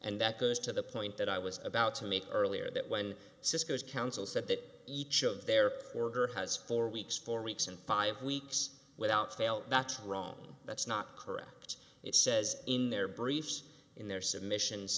and that goes to the point that i was about to make earlier that when cisco's counsel said that each of their order has four weeks four weeks and five weeks without fail that's wrong that's not correct it says in their briefs in their submissions